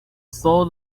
saw